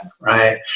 right